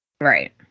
right